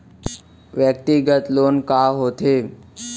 व्यक्तिगत लोन का होथे?